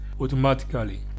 automatically